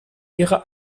ihrer